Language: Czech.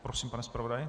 Prosím, pane zpravodaji.